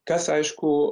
kas aišku